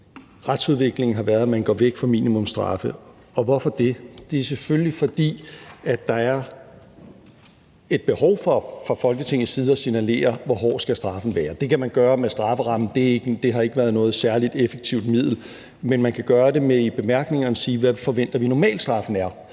retsudviklingen har været, at man går væk fra minimumsstraffe, og hvorfor det? Det er selvfølgelig, fordi der fra Folketingets side er et behov for at signalere, hvor hård straffen skal være, og det kan man gøre med strafferammen, og det har ikke været noget særlig effektivt middel, men man kan gøre det ved i bemærkningerne at sige, hvad vi forventer at normalstraffen er.